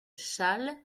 chasles